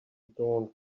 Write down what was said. adorned